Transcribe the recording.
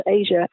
Asia